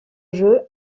jeu